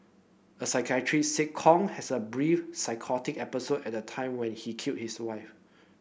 a psychiatrist said Kong has a brief psychotic episode at the time when he killed his wife